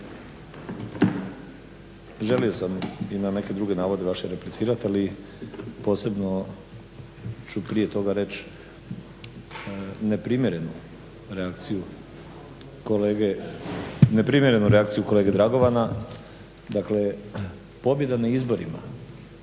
želio sam i na neke druge vaše navode replicirati ali posebno ću prije toga reći neprimjerenu reakciju kolege Dragovana, dakle pobjeda na izborima